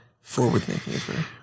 forward-thinking